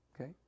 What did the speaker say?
Okay